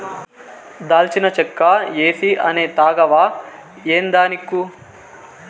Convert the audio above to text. దాల్చిన చెక్క ఏసీ అనే తాగవా ఏందానిక్కు